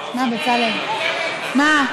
מה, בצלאל, מה?